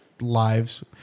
lives